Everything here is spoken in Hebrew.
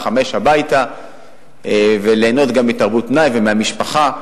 17:00 הביתה וליהנות גם מתרבות פנאי ומהמשפחה,